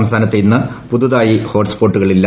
സംസ്ഥാനത്ത് ഇന്ന് പുതുതായി ഹോട്സ്പോട്ടുകളില്ല